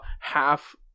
half